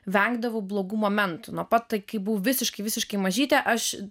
vengdavau blogų momentų nuo pat to kai buvau visiškai visiškai mažytė aš